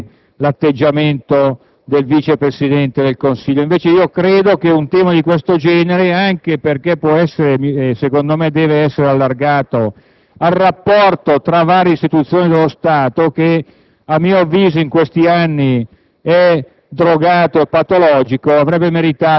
distratta o comunque quasi vuota. Questo, in qualche modo, forse giustifica anche l'atteggiamento del Vice presidente del Consiglio. Io invece credo che un tema del genere, che può e, secondo me, deve essere allargato al rapporto tra le varie istituzioni dello Stato, che